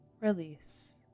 release